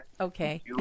Okay